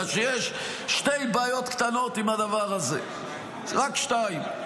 אלא שיש שתי בעיות קטנות עם הדבר הזה, רק שתיים: